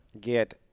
get